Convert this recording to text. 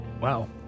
Wow